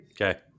Okay